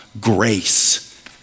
grace